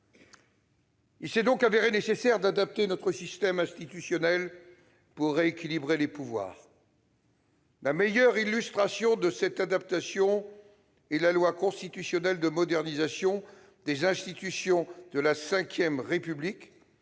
Il s'est donc avéré nécessaire d'adapter notre système institutionnel pour rééquilibrer les pouvoirs. La meilleure illustration de cette adaptation est la loi constitutionnelle de modernisation des institutions de la V République,